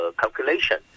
calculation